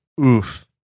oof